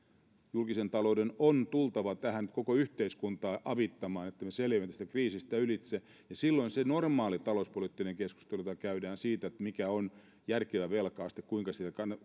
julkisen talouden on tultava tähän nyt koko yhteiskuntaa avittamaan että me selviämme tästä kriisistä ylitse ja silloin se normaali talouspoliittinen keskustelu jota käydään siitä mikä on järkevä velka aste ja